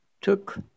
took